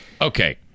okay